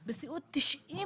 בסיעוד,